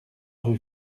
rue